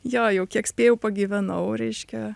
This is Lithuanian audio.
jo jau kiek spėjau pagyvenau reiškia